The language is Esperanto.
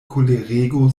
kolerego